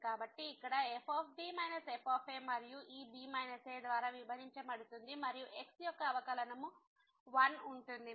కాబట్టి ఇక్కడ fb f మరియు ఈ b a ద్వారా విభజించబడింది మరియు x యొక్క అవకలనము 1 ఉంటుంది